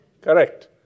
correct